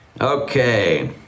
Okay